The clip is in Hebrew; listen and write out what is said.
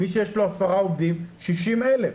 ולמי שיש עשרה עובדים זה 60,000 שקל.